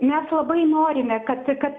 mes labai norime kad kad